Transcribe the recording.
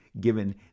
given